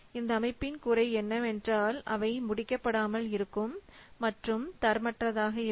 இந்த அமைப்பின் குறை என்னவென்றால் அவை முடிக்கப்படாமல் இருக்கும் மற்றும் தரமற்றதாக இருக்கும்